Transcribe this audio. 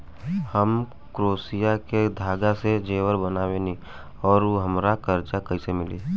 हम क्रोशिया के धागा से जेवर बनावेनी और हमरा कर्जा कइसे मिली?